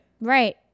Right